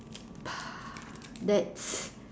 that's